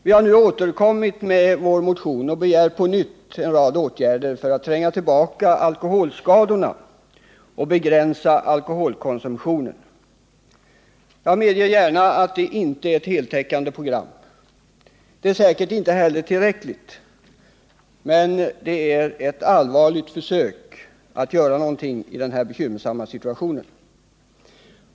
Vi har nu återkommit med vår motion, och vi begär på nytt att en rad åtgärder skall vidtas för att vi skall kunna motverka alkoholskadorna och begränsa alkoholkonsumtionen. Jag medger gärna att våra förslag inte innebär ett heltäckande program. De är säkert inte heller tillräckliga. Men de utgör ett allvarligt försök att göra någonting åt den här bekymmersamma situationen.